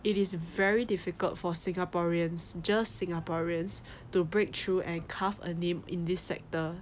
it is very difficult for singaporeans just singaporeans to break through and carve a name in this sector